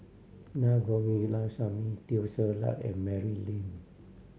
Na Govindasamy Teo Ser Luck and Mary Lim